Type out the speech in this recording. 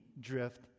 drift